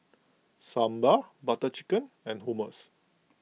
Sambar Butter Chicken and Hummus